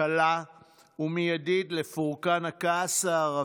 קלה ומיידית לפורקן הכעס הערבי.